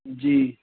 जी